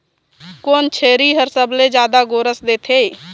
कोन छेरी हर सबले जादा गोरस देथे?